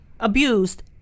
abused